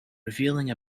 revealing